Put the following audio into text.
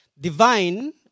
Divine